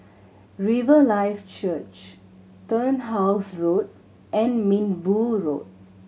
Riverlife Church Turnhouse Road and Minbu Road